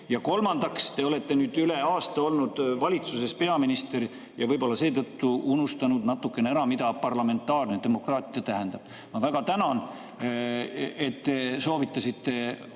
kolmandaks, te olete nüüd üle aasta olnud valitsuses peaminister ja võib-olla seetõttu unustanud natukene ära, mida parlamentaarne demokraatia tähendab. Ma väga tänan, et te soovitasite